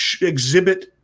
exhibit